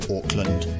Auckland